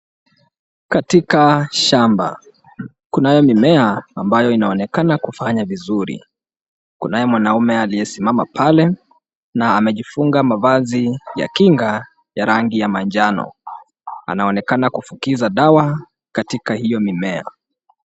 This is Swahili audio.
Katika shamba, kunayo mimea ambayo inaonekana kufanya vizuri. Kunaye mwanaume aliyesimama pale na amejifunga mavazi ya kinga ya rangi ya manjano. Anaonekana kufukiza dawa katika hiyo mimea.